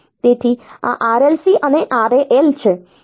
તેથી આ RLC અને RAL છે